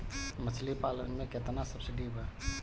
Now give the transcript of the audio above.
मछली पालन मे केतना सबसिडी बा?